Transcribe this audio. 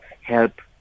help